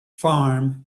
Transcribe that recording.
farm